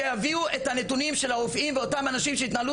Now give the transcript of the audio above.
שיביאו את הנתונים של הרופאים ואותם אנשים שהתנהלו